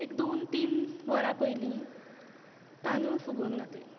एक दोन तीन वरां पयलीं तांदूळ फुगोवन घातले